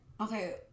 okay